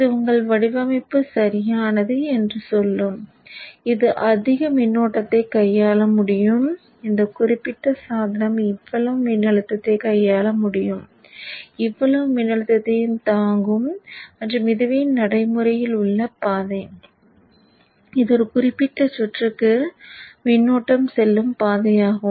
இது உங்கள் வடிவமைப்பு சரியானது என்று சொல்லும் இது அதிக மின்னோட்டத்தை கையாள முடியும் இந்த குறிப்பிட்ட சாதனம் இவ்வளவு மின்னழுத்தத்தை கையாள முடியும் இவ்வளவு மின்னழுத்தத்தை தாங்கும் மற்றும் இதுவே நடைமுறையில் உள்ள பாதை இது ஒரு குறிப்பிட்ட சுற்றுக்கு மின்னோட்டம் செல்லும் பாதையாகும்